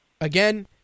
Again